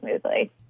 smoothly